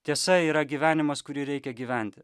tiesa yra gyvenimas kurį reikia gyventi